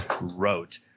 wrote